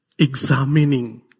Examining